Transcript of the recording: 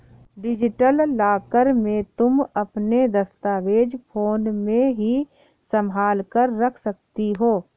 digital locker में तुम अपने दस्तावेज फोन में ही संभाल कर रख सकती हो